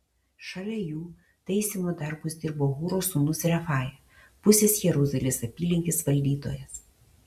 šalia jų taisymo darbus dirbo hūro sūnus refaja pusės jeruzalės apylinkės valdytojas